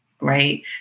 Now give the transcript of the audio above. right